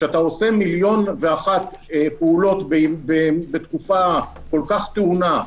כשאתה עושה מיליון ואחת פעולות בתקופה כל כך טעונה,